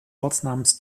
ortsnamens